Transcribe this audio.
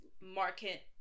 market